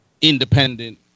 independent